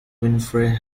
winfrey